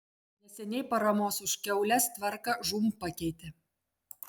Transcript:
neseniai paramos už kiaules tvarką žūm pakeitė